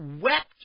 wept